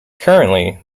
currently